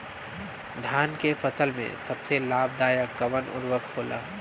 धान के फसल में सबसे लाभ दायक कवन उर्वरक होला?